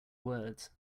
words